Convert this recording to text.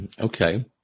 Okay